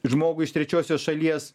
žmogų iš trečiosios šalies